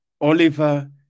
Oliver